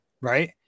right